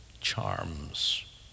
charms